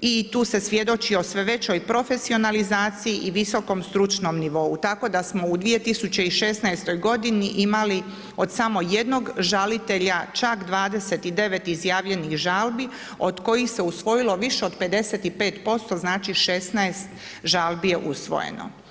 i tu se svjedoči o sve većoj profesionalizaciji i visokom stručnom nivou tako da smo u 2016. godini imali od samo jednog žalitelja, čak 29 izjavljenih žalbi od kojih se usvojilo više od 55%, znači 16 žalbi je usvojeno.